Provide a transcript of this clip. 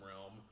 realm